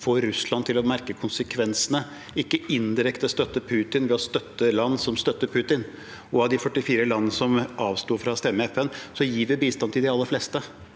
få Russland til å merke konsekvensene, ikke indirekte støtte Putin ved å støtte land som støtter Putin. Av de 44 landene som avsto fra å stemme i FN, gir vi bistand til de aller fleste